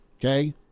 Okay